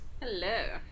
Hello